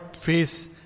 face